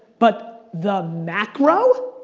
but the macro,